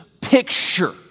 picture